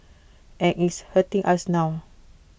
and it's hurting us now